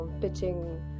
pitching